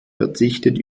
verzichtet